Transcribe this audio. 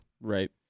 Right